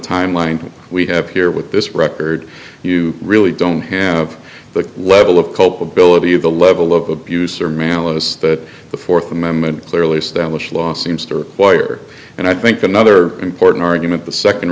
timeline we have here with this record you really don't have the level of culpability of the level of abuse or manliness that the fourth amendment clearly established law seems to require and i think another important argument the second